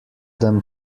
them